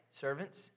servants